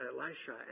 Elisha